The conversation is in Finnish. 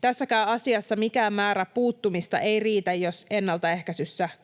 Tässäkään asiassa mikään määrä puuttumista ei riitä, jos ennaltaehkäisyssä epäonnistutaan,